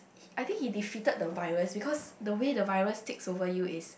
I think he defeated the virus because the way the virus takes over you is